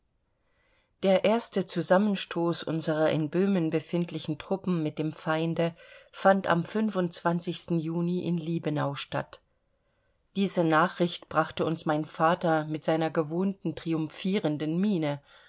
der erste zusammenstoß unserer in böhmen befindlichen truppen mit dem feinde fand am juni in liebenau statt diese nachricht brachte uns mein vater mit seiner gewohnten triumphierenden miene